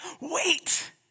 Wait